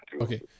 Okay